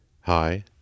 Hi